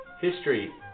history